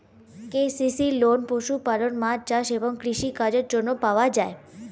KCC loan পশুপালন, মাছ চাষ এবং কৃষি কাজের জন্য পাওয়া যায়